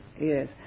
yes